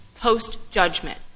post-judgment